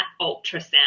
ultrasound